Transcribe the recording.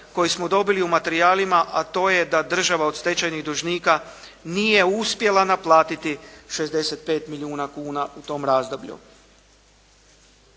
koji smo dobili u materijalima a to je da država od stečajnih dužnika nije uspjela naplatiti 65 milijuna kuna u tom razdoblju.